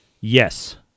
yes